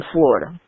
Florida